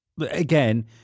again